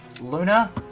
Luna